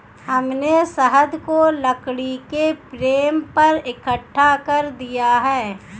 हमने शहद को लकड़ी के फ्रेम पर इकट्ठा कर दिया है